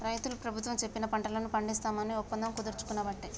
రైతులు ప్రభుత్వం చెప్పిన పంటలను పండిస్తాం అని ఒప్పందం కుదుర్చుకునబట్టే